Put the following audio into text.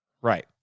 Right